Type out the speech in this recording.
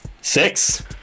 Six